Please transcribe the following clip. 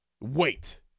wait